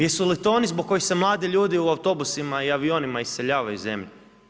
Jesu li to oni zbog kojih se mladi ljudi u autobusima i avionima iseljavaju iz zemlje.